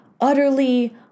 utterly